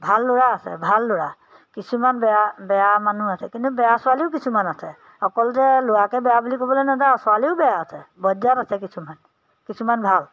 ভাল ল'ৰা আছে ভাল ল'ৰা কিছুমান বেয়া বেয়া মানুহ আছে কিন্তু বেয়া ছোৱালীও কিছুমান আছে অকল যে ল'ৰাকে বেয়া বুলি ক'বলৈ নাযাওঁ ছোৱালীও বেয়া আছে বৈজ্য়াত আছে কিছুমান কিছুমান ভাল